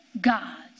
gods